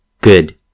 good